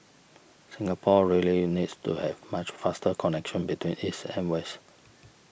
Singapore really needs to have much faster connection between east and west